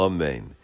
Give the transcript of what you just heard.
Amen